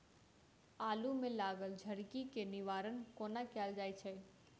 आलु मे लागल झरकी केँ निवारण कोना कैल जाय छै?